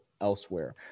elsewhere